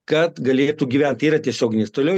kad galėtų gyvent tai yra tiesioginis toliau